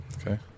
okay